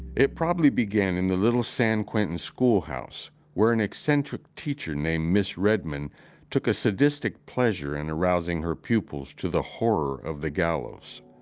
it probably began in the little san quentin schoolhouse, where an eccentric teacher named miss redmond took a sadistic pleasure in arousing her pupils to the horror of the gallows.